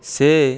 ସେ